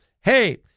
hey